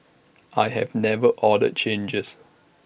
I have never ordered changes